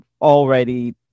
already